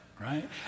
right